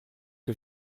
que